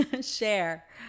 share